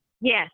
Yes